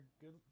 good